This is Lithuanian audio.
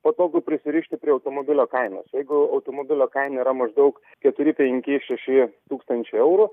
patogu prisirišti prie automobilio kainos jeigu automobilio kaina yra maždaug keturi penki šeši tūkstančiai eurų